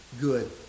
good